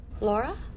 Laura